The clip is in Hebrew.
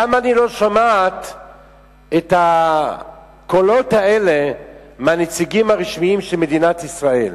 למה אני לא שומעת את הקולות האלה מהנציגים הרשמיים של מדינת ישראל?